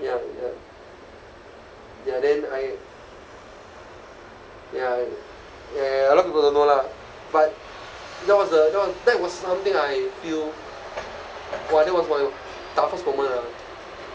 ya ya ya then I ya ya a lot of people don't know lah but that was the that was that was something I feel !wah! that was my toughest moment ah